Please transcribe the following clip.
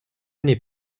n’est